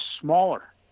smaller